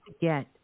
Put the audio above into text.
get